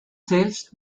selbst